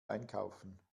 einkaufen